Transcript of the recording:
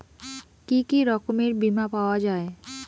কি কি রকমের বিমা পাওয়া য়ায়?